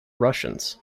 russians